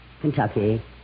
Kentucky